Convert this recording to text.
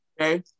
Okay